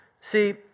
See